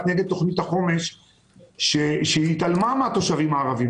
נגד תוכנית החומש שהתעלמה מהתושבים הערבים.